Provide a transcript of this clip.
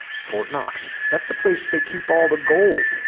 fort knox that's the place they keep all the gold